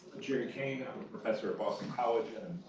jerry kane. i'm a professor at boston college and